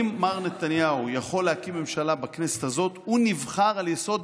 אם מר נתניהו יכול להקים ממשלה בכנסת הזאת הוא נבחר על יסוד